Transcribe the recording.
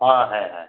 हाँ है है